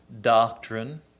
doctrine